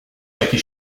takie